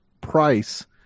price